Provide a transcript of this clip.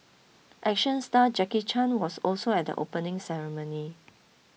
action star Jackie Chan was also at the opening ceremony